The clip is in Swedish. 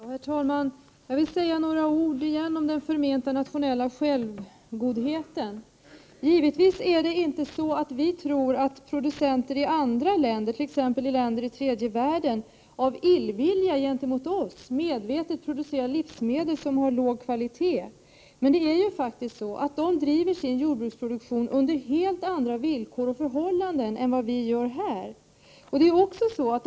Herr talman! Jag vill återigen säga några ord om den förmenta nationella självgodheten. Vi tror givetvis inte att producenter i andra länder, t.ex. i länder i tredje världen, av illvilja gentemot oss medvetet producerar livsmedel av låg kvalitet. De bedriver faktiskt sin jordbruksproduktion på helt andra villkor och under helt andra förhållanden än vi gör.